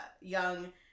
young